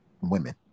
women